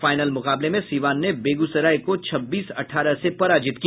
final मुकाबले में सीवान ने बेगूसराय को छब्बीस अठारह से पराजित किया